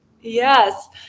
Yes